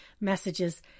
messages